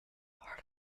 heart